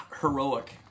heroic